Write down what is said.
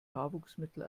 haarwuchsmittel